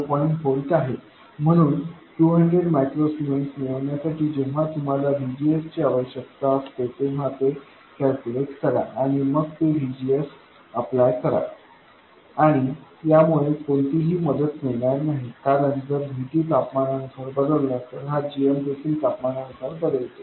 8 volt आहे म्हणून 200 micro siemens मिळविण्यासाठी जेव्हा तुम्हाला VGS ची आवश्यक आवश्यकता असते तेव्हा ते कॅलकुलेट करा आणि मग ते VGS अप्लाय करा आणि यामुळे कोणतीही मदत मिळणार नाही कारण जर VT तापमानानुसार बदलला तर हा gmदेखील तापमानानुसार बदलतो